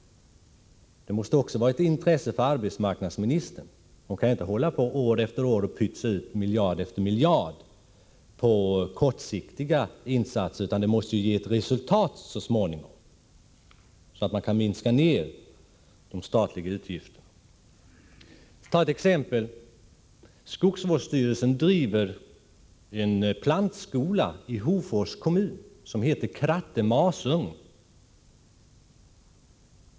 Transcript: Det måste ju vara av intresse också för Anna-Greta Leijon, för arbetsmarknadsministern kan inte hålla på att år efter år pytsa ut miljard efter miljard på kortsiktiga insatser. De måste ju så småningom ge resultat, så att man kan minska de statliga utgifterna. Jag kan som exempel nämna att skogsvårdsstyrelsen driver en plantskola i Hofors kommun som heter Kratte Masugn.